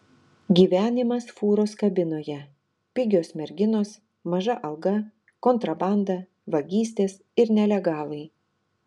gyvenimas fūros kabinoje pigios merginos maža alga kontrabanda vagystės ir nelegalai